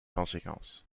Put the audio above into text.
conséquences